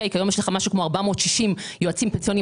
כיום יש משהו כמו 460 יועצים פנסיוניים